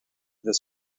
this